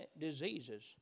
diseases